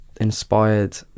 inspired